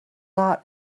lot